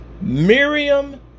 Miriam